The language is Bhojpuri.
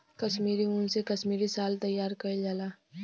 कसमीरी उन से कसमीरी साल तइयार कइल जाला